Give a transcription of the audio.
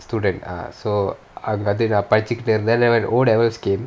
student ah so அங்க வந்து நான் படிச்சிட்டு இருந்தேன்:anga vanthu naan padichitu irunthaen then when O levels came